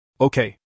Okay